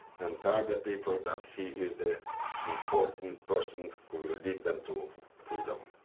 and tell the people that he is the important person who will lead them to freedom.